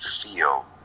feel